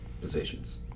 positions